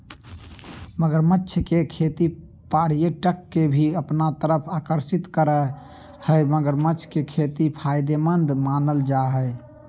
मगरमच्छ के खेती पर्यटक के भी अपना तरफ आकर्षित करअ हई मगरमच्छ के खेती फायदेमंद मानल जा हय